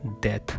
death